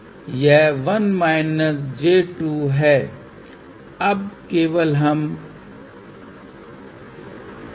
तो स्टेप 1 फिर यहाँ से हम एक प्रतिबिंब लेते हैं हमने प्रतिबिंब देखा था और यह हमने 1 j 2 के रूप में देखा था यहाँ से हमें j 2 जोड़ने की आवश्यकता है